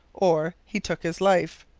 or, he took his life.